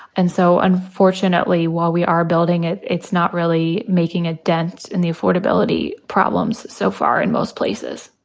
and so unfortunately, while we are building, it's it's not really making a dent in the affordability problems so far in most places.